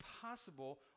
possible